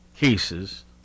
cases